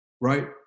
right